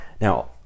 Now